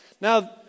Now